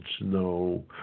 no